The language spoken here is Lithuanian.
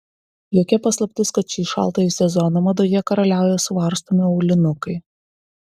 jokia paslaptis kad šį šaltąjį sezoną madoje karaliauja suvarstomi aulinukai